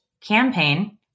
campaign